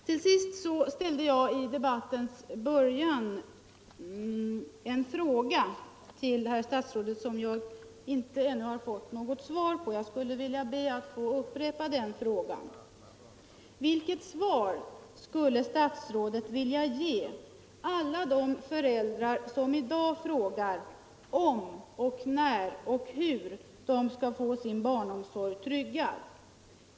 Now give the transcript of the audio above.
Till sist ställde jag i debattens början en fråga till herr statsrådet, som jag ännu inte har fått något svar på. Jag skall be att få upprepa den frågan: Vilket svar skulle statsrådet vilja ge alla de föräldrar som i dag frågar om, när och hur de skall få sin barnomsorg tryggad?